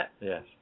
Yes